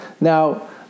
Now